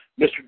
Mr